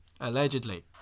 Allegedly